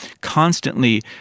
constantly